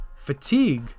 Fatigue